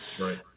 right